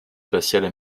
spatiales